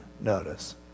notice